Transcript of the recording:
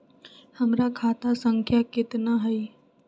हमर खाता संख्या केतना हई?